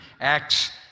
Acts